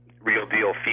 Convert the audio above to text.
real-deal